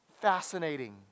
Fascinating